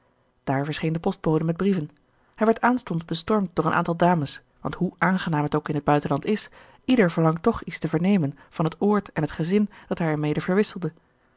verscheen de postbode met brieven hij werd aanstonds bestormd door een aantal dames want hoe aangenaam het ook in het buitenland is ieder verlangt toch iets te vernemen van het oord en het gezin dat hij er mede verwisselde